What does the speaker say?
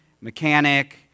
mechanic